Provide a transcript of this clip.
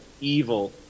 evil